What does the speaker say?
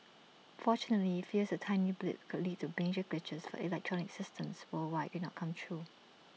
fortunately fears that tiny blip could lead to major glitches for electronic systems worldwide did not come true